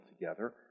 together